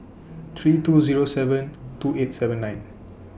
three two Zero seven two eight seven nine